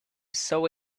saw